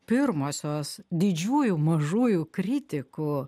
pirmosios didžiųjų mažųjų kritikų